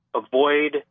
avoid